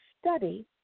Study